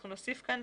אנחנו נוסיף כאן: